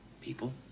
People